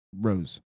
rose